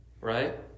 Right